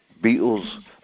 Beatles